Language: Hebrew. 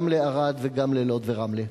גם לערד וגם ללוד ורמלה.